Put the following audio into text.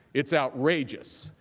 it's outrageous.